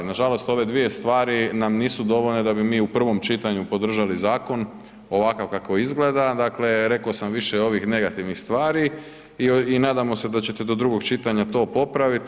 Nažalost ove dvije stvari nam nisu dovoljne da bi mi u prvom čitanju podržali zakon ovako kako izgleda, dakle, rekao sam više ovih negativnih stvari i nadamo se da ćete do drugog čitanja to popraviti.